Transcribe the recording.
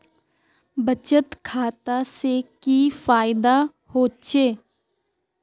बचत खाता से की फायदा होचे?